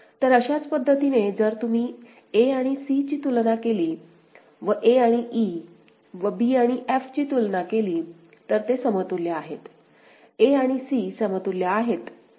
तर अशाच पद्धतीने जर तुम्ही a आणि c ची तुलना केली व a आणि e व b आणि f ची तुलना केली तर ते समतुल्य आहेत a आणि c हे समतुल्य आहेत